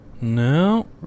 no